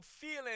feeling